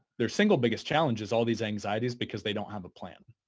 their single biggest challenge is all these anxieties because they don't have a plan.